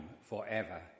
forever